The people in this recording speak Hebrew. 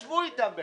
בוא נצביע בעד.